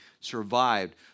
survived